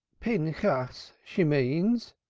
pinchas she means,